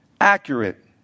accurate